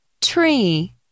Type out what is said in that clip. Tree